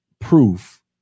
proof